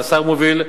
שהשר מוביל,